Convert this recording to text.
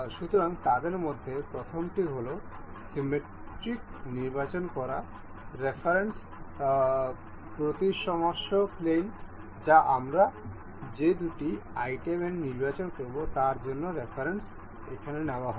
সুতরাং তাদের মধ্যে প্রথমটি হল সিমিট্রিক নির্বাচন করা রেফারেন্সের প্রতিসাম্য প্লেন যা আমরা যে দুটি আইটেম নির্বাচন করব তার জন্য রেফারেন্স হবে